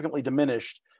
diminished